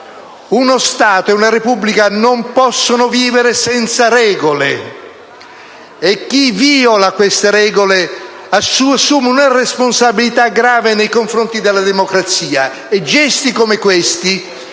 Uno Stato e una Repubblica non possono vivere senza regole e chi viola queste regole assume una responsabilità grave nei confronti della democrazia. Gesti come questi,